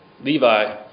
Levi